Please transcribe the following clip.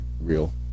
real